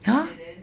and then